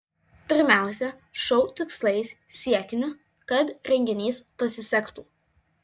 pirmiausia šou tikslais siekiniu kad renginys pasisektų